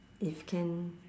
if can